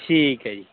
ਠੀਕ ਹੈ ਜੀ